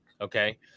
Okay